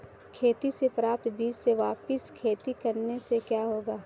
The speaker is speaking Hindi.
खेती से प्राप्त बीज से वापिस खेती करने से क्या होगा?